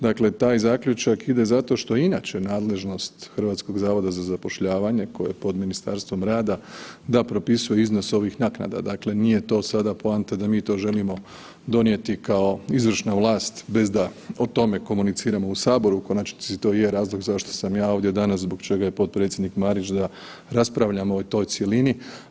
Dakle, taj zaključak ide zato što je inače nadležnost HZZ-a koje je pod Ministarstvom rada da propisuje iznos ovih naknada, dakle nije to sada poanta da mi to želimo donijeti kao izvršna vlast bez da o tome komuniciramo u Saboru u konačnici to i je razlog zašto sam ja ovdje danas, zbog čega je potpredsjednik Marić da raspravljamo o toj cjelini.